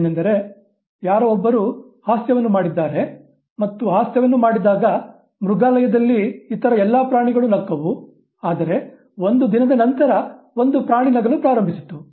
ಅದೇನೆಂದರೆ ಯಾರೋ ಒಬ್ಬರು ಹಾಸ್ಯವನ್ನು ಮಾಡಿದ್ದಾರೆ ಮತ್ತು ಹಾಸ್ಯವನ್ನು ಮಾಡಿದಾಗ ಮೃಗಾಲಯದಲ್ಲಿನ ಇತರ ಎಲ್ಲಾ ಪ್ರಾಣಿಗಳು ನಕ್ಕವು ಆದರೆ ಒಂದು ದಿನದ ನಂತರ ಒಂದು ಪ್ರಾಣಿ ನಗಲು ಪ್ರಾರಂಭಿಸಿತು